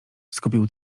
skupił